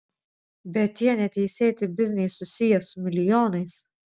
bet tie neteisėti bizniai susiję su milijonais